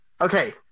Okay